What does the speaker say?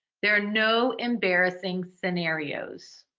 there are no embarrassing scenarios.